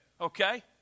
okay